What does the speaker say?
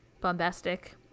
bombastic